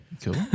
Cool